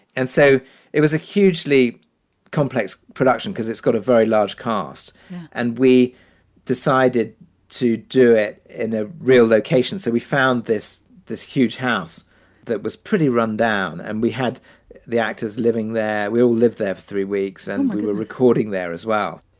and so it was a hugely complex production because it's got a very large cast and we decided decided to do it in a real location. so we found this this huge house that was pretty rundown. and we had the actors living there. we all lived there for three weeks and we were recording there as well.